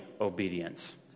obedience